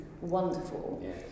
wonderful